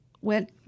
went